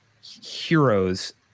heroes